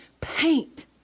paint